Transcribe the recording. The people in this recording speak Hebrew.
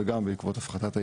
וגם בעקבות הפחתת הייבוא.